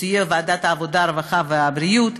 תהיה ועדת העבודה, הרווחה והבריאות,